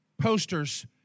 posters